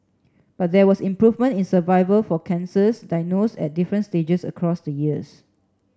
but there was improvement in survival for cancers diagnosed at different stages across the years